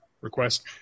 request